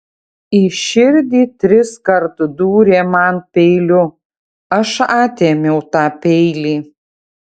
į širdį triskart dūrė man peiliu aš atėmiau tą peilį